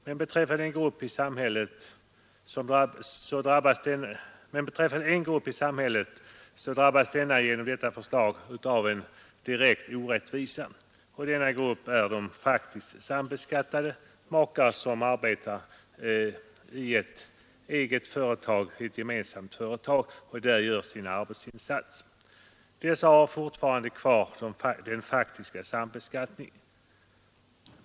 Men det finns en grupp i samhället som genom detta förslag drabbas av en direkt orättvisa, och det är de faktiskt sambeskattade, makar som arbetar i ett eget, gemensamt företag. För dessa gäller fortfarande sambeskattningen.